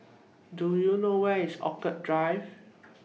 Do YOU know Where IS Orchid Drive